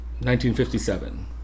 1957